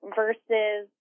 versus